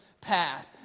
path